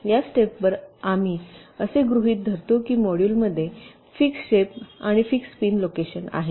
या स्टेपवर आम्ही असे गृहीत धरतो की मॉड्यूलमध्ये फिक्स शेप आणि फिक्स पिन लोकेशन आहेत